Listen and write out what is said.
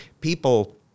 people